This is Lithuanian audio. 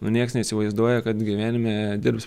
nu nieks neįsivaizduoja kad gyvenime dirbs